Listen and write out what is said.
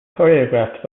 choreographed